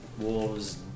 wolves